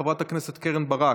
חברת הכנסת קרן ברק,